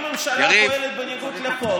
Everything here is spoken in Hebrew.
אם הממשלה פועלת בניגוד לחוק,